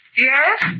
Yes